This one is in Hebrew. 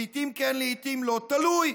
לעיתים כן לעיתים לא, תלוי,